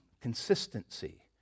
consistency